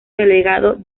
delegado